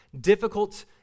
difficult